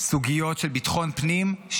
סוגיות של ביטחון פנים,